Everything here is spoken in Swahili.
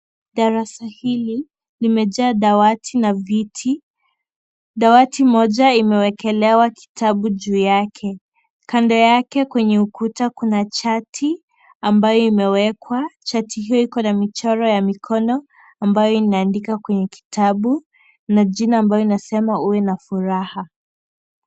Darasa hili limejaa dawati na viti. Dawati moja imewekelewa kitabu juu yake. Kando yake kwenye ukuta kuna chati ambayo imewekwa, chati hiyo iko na michoro ya mikono, ambayo inaandika kwenye kitabu, na jina ambayo inasema uwe na furaha.